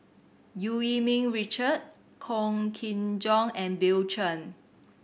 Eu Yee Ming Richard Wong Kin Jong and Bill Chen